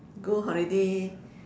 go holiday